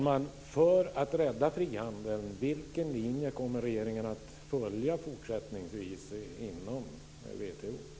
Herr talman! Vilken linje kommer regeringen att följa fortsättningsvis inom WTO för att rädda frihandeln?